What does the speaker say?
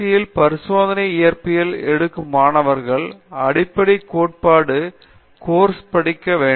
D யில் பரிசோதனை இயற்பியல் எடுக்கும் மாணவர்களும் அடிப்படை கோட்பாடு கோர்ஸ் படிக்கச் வேண்டும்